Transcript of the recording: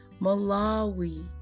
Malawi